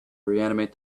reanimate